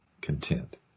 content